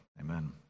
Amen